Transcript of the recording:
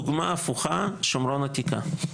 דוגמא הפוכה שומרון העתיקה.